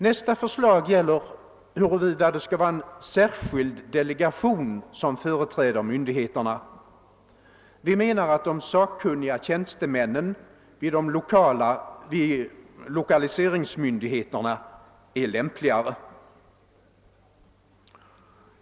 Nästa förslag gäller huruvida det skall vara en särskild delegation som företräder myndigheterna. Vi menar att de sakkunniga tjänstemännen vid lokaliseringsmyndigheterna är lämpligare.